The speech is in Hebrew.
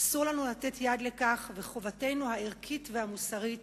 אסור לנו לתת יד לכך, וחובתנו הערכית המוסרית